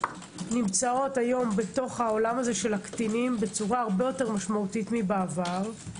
נמצאות היום בעולם של הקטינים בצורה הרבה יותר משמעותית מבעבר.